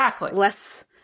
less